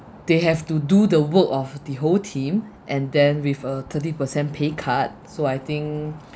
they have to do the work of the whole team and then with a thirty per cent pay cut so I think